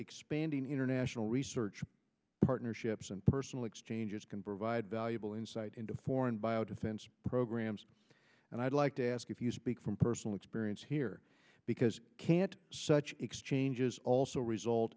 expanding international research partnerships and personal exchanges can provide valuable insight into foreign biodefense programs and i'd like to ask if you speak from personal experience here because i can't such exchanges also result